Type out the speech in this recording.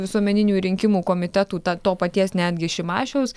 visuomeninių rinkimų komitetų ta to paties netgi šimašiaus